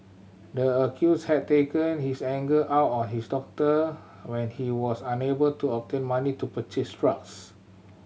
the accused had taken his anger out on his daughter when he was unable to obtain money to purchase drugs